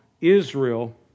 Israel